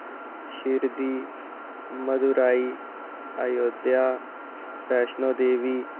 Shirdi Madurai Ayodhya Vaishno Devi